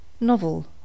Novel